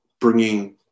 bringing